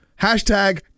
Hashtag